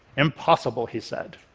impossible, he said.